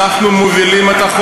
אנחנו בעד, אבל למה רק